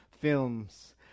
films